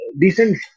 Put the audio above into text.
decent